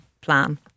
plan